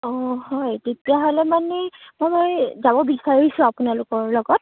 অ হয় তেতিয়াহ'লে মানে মই যাব বিচাৰিছোঁ আপোনালোকৰ লগত